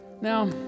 Now